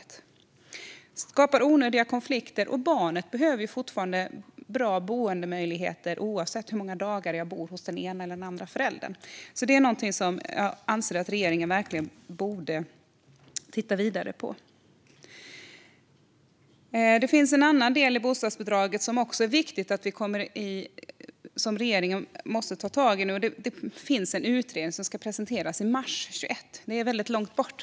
Detta skapar onödiga konflikter. Barnet behöver fortfarande bra boendemöjligheter oavsett hur många dagar det bor hos den ena eller den andra föräldern. Det är någonting som jag anser att regeringen verkligen borde titta vidare på. Det finns en annan del i bostadsbidraget som regeringen också måste ta tag i. Det finns en utredning som ska presenteras i mars 2021. Det är väldigt långt bort.